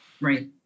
Right